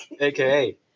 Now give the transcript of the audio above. aka